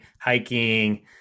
hiking